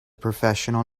professional